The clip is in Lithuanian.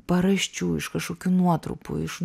paraščių iš kažkokių nuotrupų iš